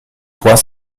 toit